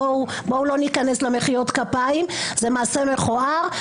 בואו לא ניכנס למחיאות כפיים, זה מעשה מכוער.